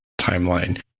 timeline